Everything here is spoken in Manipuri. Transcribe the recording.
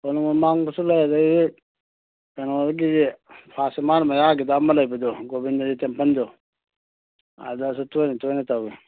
ꯀꯣꯅꯨꯡ ꯃꯃꯥꯡꯗꯁꯨ ꯂꯩ ꯑꯗꯒꯤ ꯀꯩꯅꯣꯒꯤ ꯐꯥꯁ ꯑꯦꯝ ꯃꯥꯔ ꯃꯌꯥꯒꯤꯗ ꯑꯃ ꯂꯩꯕꯗꯣ ꯒꯣꯕꯤꯟꯗꯖꯤ ꯇꯦꯝꯄꯜꯗꯣ ꯑꯗꯁꯨ ꯇꯣꯏꯅ ꯇꯣꯏꯅ ꯇꯧꯏ